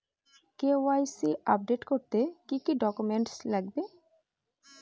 KYC update করতে কি কি ডকুমেন্টস লাগবে?